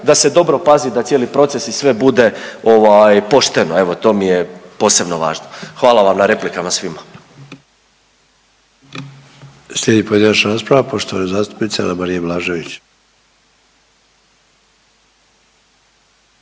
da se dobro pazi taj cijeli proces i sve bude ovaj pošteno. Evo, to mi je posebno važno. Hvala vam na replikama svima.